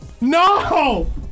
No